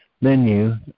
menu